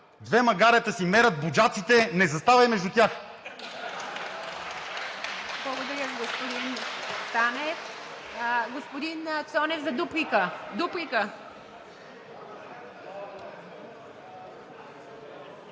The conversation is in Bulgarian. две магарета си мерят „буджаците“, не заставай между тях!“